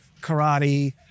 karate